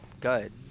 good